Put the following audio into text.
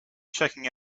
checking